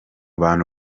bantu